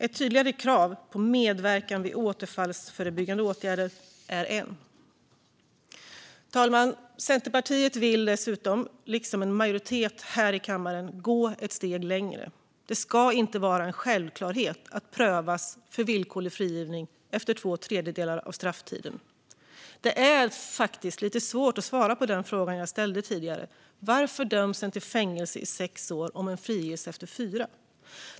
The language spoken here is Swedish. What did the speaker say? Ett tydligare krav på medverkan i återfallsförebyggande åtgärder är en. Fru talman! Centerpartiet vill dessutom, liksom en majoritet i kammaren, gå ett steg längre. Det ska inte vara en självklarhet att prövas för villkorlig frigivning efter två tredjedelar av strafftiden. Det är lite svårt att svara på den fråga jag ställde tidigare. Varför döms en till fängelse i sex år om en ska friges efter fyra?